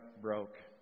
broke